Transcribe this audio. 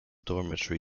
dormitory